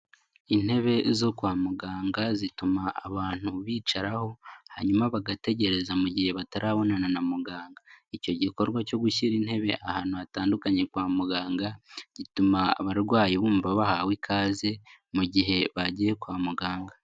Intebe zo kwa muganga zituma abantu bicaraho hanyuma bagategereza mu gihe batarabonana na muganga, icyo gikorwa cyo gushyira intebe ahantu hatandukanye kwa muganga gituma abarwayi bumva bahawe ikaze mu gihe bagiye kwa muganga.